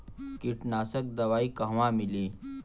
कीटनाशक दवाई कहवा मिली?